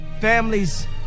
Families